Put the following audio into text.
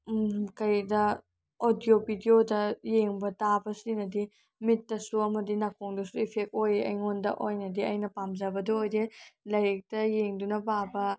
ꯀꯔꯤꯗ ꯑꯣꯗꯤꯑꯣ ꯚꯤꯗꯤꯑꯣꯗ ꯌꯦꯡꯕ ꯇꯥꯕꯁꯤꯅꯗꯤ ꯃꯤꯠꯇꯁꯨ ꯑꯃꯗꯤ ꯅꯥꯀꯣꯡꯗꯁꯨ ꯏꯐꯦꯛ ꯑꯣꯏ ꯑꯩꯉꯣꯟꯗ ꯑꯣꯏꯅꯗꯤ ꯑꯩꯅ ꯄꯥꯝꯖꯕꯗꯣ ꯑꯣꯏꯗꯤ ꯂꯥꯏꯔꯤꯛꯇ ꯌꯦꯡꯗꯨꯅ ꯄꯥꯕ